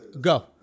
Go